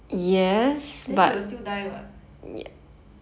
then you'll still die [what]